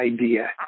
idea